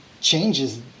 changes